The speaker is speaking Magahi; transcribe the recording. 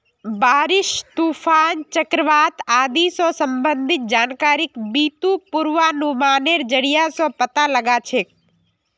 बारिश, तूफान, चक्रवात आदि स संबंधित जानकारिक बितु पूर्वानुमानेर जरिया स पता लगा छेक